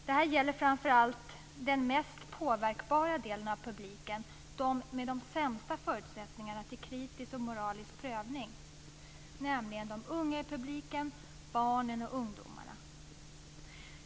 Det här gäller framför allt den mest påverkbara delen av publiken, de med de sämsta förutsättningarna till kritisk och moralisk prövning, nämligen de unga, barnen och ungdomarna.